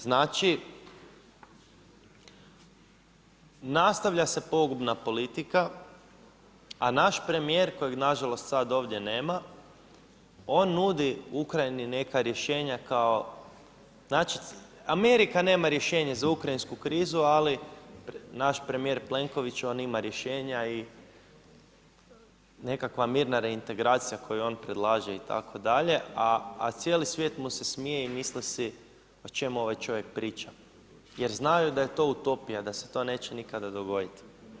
Znači nastavlja se pogubna politika, a naš premjer, kojeg na žalost, sada ovdje nema, on nudi Ukrajini neka rješenja, kao Amerika nema rješenja za Ukrajinsku krizu, ali naš premjer Plenković, on ima rješenja i nekakva … integracija koju on predlaže itd., a cijeli svijet mu se smije i misli si, o čemu ovaj čovjek priča, jer znaju da je to utopija, da se to neće nikada dogoditi.